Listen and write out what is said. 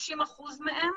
כש-30% מהם